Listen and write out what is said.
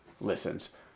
listens